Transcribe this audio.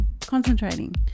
concentrating